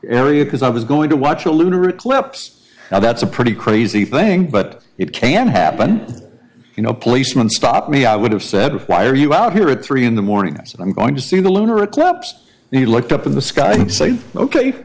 area because i was going to watch a lunar eclipse now that's a pretty crazy thing but it can happen you know policeman stopped me i would have said why are you out here at three in the morning i said i'm going to see the lunar eclipse and he looked up in the sky say